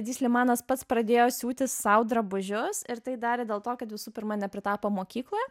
edi slimanas pats pradėjo siūti sau drabužius ir tai darė dėl to kad visų pirma nepritapo mokykloje